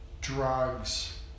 drugs